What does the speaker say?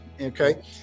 Okay